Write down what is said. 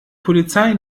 polizei